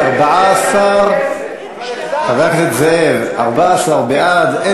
ההצעה להעביר את הצעת חוק הפיקוח על